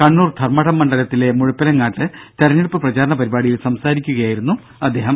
കണ്ണൂർ ധർമ്മടം മണ്ഡലത്തിലെ മുഴപ്പിലങ്ങാട്ട് തിരഞ്ഞെടുപ്പ് പ്രചരണ പരിപാടിയിൽ സംസാരിക്കുകയായിരുന്നു അദ്ദേഹം